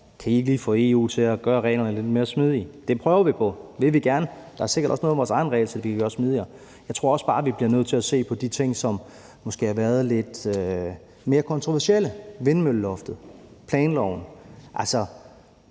den, om lige at få EU til at gøre reglerne lidt mere smidige. Det prøver vi på, det vil vi gerne, og der er sikkert også noget i vores eget regelsæt, vi kan gøre smidigere. Jeg tror også bare, vi bliver nødt til at se på de ting, som måske har været lidt mere kontroversielle – vindmølleloftet, planloven – altså